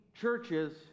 churches